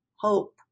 hope